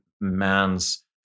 man's